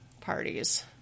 parties